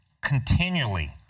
continually